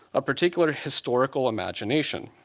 a particular historical imagination.